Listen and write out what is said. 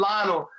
Lionel